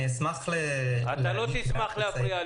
היתרים לצמיתות היא פרקטיקה שלא מקובלת